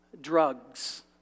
Drugs